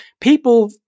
People